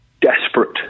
desperate